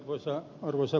arvoisa puhemies